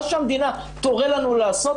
מה שהמדינה תורה לנו לעשות,